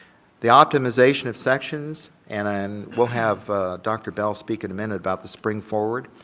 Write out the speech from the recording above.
the optimization of sections and we'll have dr. bell speak in a minute about the spring forward.